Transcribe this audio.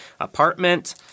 apartment